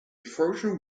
ferocious